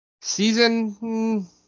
Season